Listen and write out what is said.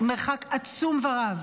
מרחק עצום ורב,